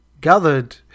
gathered